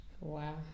Wow